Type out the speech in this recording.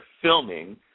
filming